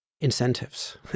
incentives